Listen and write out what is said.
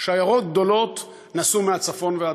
שיירות גדולות נסעו מהצפון והדרום.